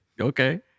Okay